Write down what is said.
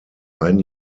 ein